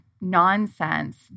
nonsense